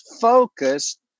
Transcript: focused